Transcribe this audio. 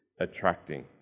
attracting